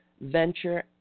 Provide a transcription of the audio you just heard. Venture